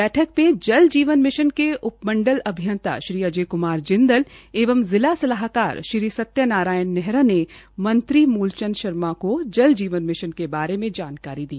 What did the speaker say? बैठक में जल जीवन मिशन के उप मंडल अभियंता श्री अजय क्मार जिंदल एवं जिला सलाहकार श्री सत्यानारायण नेहरा ने मंत्री मूल चंद शर्मा को जल जीवन मिशन के बारे में जानकारी दी